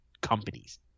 companies